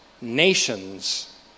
nations